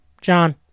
John